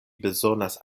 bezonas